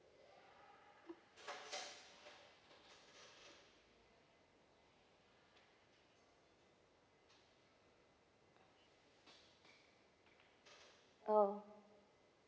oh